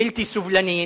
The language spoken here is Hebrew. בלתי סובלני,